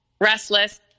restless